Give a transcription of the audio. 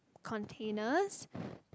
containers